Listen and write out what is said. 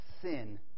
sin